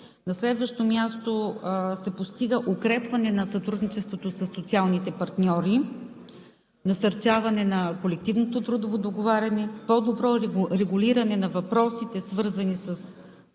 На следващо място, постига се укрепване на сътрудничеството със социалните партньори; насърчаване на колективното трудово договаряне; по-добро регулиране на въпросите, свързани с